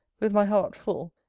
with my heart full,